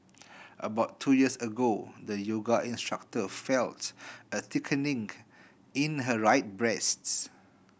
about two years ago the yoga instructor felt a thickening in her right breast